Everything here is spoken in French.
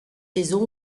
saison